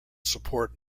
support